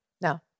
no